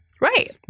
Right